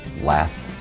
last